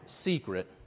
secret